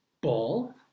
Ball